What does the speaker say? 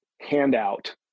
handout